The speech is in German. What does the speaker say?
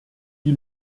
die